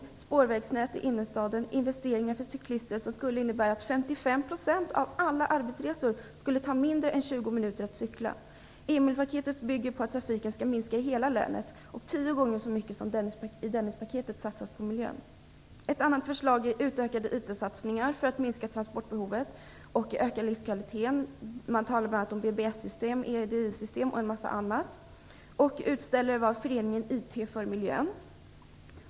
Vidare föreslås spårvägsnät i innerstaden och investeringar för cyklister som skulle innebära att 55 % av alla arbetsresor skulle ta mindre än 20 minuter att cykla. Emilpaketet bygger på att trafiken skall minska i hela länet och att tio gånger så mycket som i Dennispaketet satsas på miljön. Ett annat förslag är utökade IT-satsningar för att minska transportbehovet och öka livskvaliteten. Man talar bl.a. om BBS-system, EDI-system och en massa annat. Utställare var Föreningen IT för miljön.